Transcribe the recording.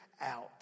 out